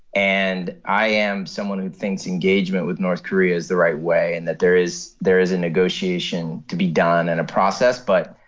and i am someone who thinks engagement with north korea's the right way and that there is there is a negotiation to be done and a process. but,